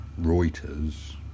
Reuters